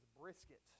brisket